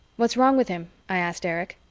what's wrong with him? i asked erich.